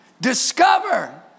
Discover